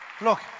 look